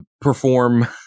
perform